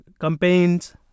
campaign's